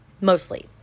mostly